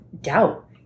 doubt